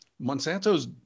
Monsanto's